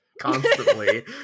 constantly